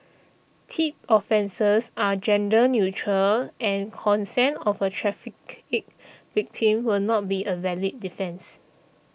Tip offences are gender neutral and consent of a trafficked victim will not be a valid defence